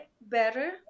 better